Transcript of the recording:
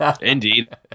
indeed